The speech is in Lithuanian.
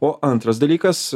o antras dalykas